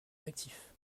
d’actifs